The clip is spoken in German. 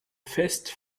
fest